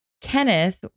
Kenneth